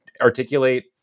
articulate